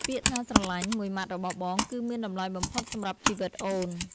ពាក្យថា "ស្រឡាញ់" មួយម៉ាត់របស់បង គឺមានតម្លៃបំផុតសម្រាប់ជីវិតអូន។